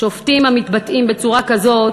שופטים המתבטאים בצורה כזאת,